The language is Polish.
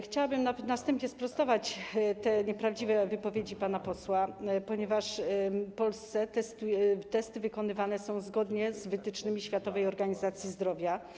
Chciałabym na wstępie sprostować te nieprawdziwe wypowiedzi pana posła, ponieważ w Polsce testy wykonywane są zgodnie z wytycznymi Światowej Organizacji Zdrowia.